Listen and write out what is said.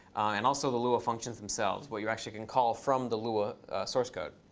and also the lua functions themselves, what you actually can call from the lua source code.